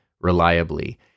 reliably